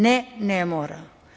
Ne, ne mora.